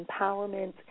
empowerment